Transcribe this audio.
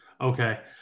okay